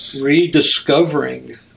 rediscovering